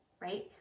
right